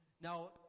Now